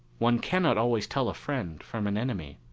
one cannot always tell a friend from an enemy.